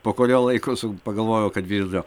po kurio laiko su pagalvojau kad vis dėlto